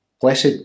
Blessed